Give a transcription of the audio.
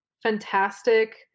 fantastic